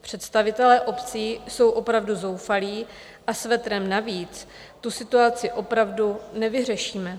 Představitelé obcí jsou opravdu zoufalí a svetrem navíc tu situaci opravdu nevyřešíme.